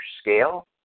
scale